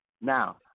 Now